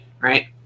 right